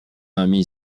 amie